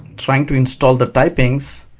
trying to install the typings